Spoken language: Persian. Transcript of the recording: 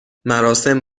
مراسم